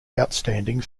outstanding